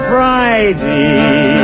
Friday